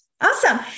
Awesome